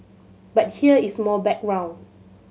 but here is more background